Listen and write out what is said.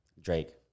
Drake